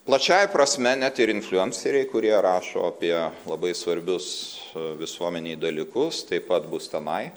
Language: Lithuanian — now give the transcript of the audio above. plačiąja prasme net ir infliuemceriai kurie rašo apie labai svarbius visuomenei dalykus taip pat bus tenai